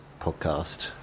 podcast